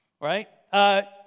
Right